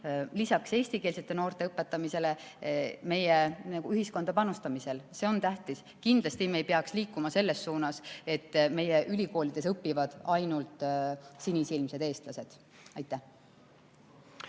lisaks eestikeelsete noorte õpetamisele. See on tähtis. Kindlasti me ei peaks liikuma selles suunas, et meie ülikoolides õpivad ainult sinisilmsed eestlased.